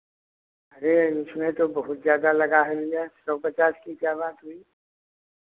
अरे उसमें तो बहुत ज़्यादा लगा है भैया सौ पचास की क्या बात हुई